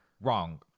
Wrong